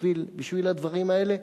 בשביל הדברים האלה?